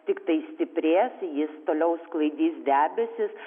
tiktai stiprės jis toliau sklaidys debesis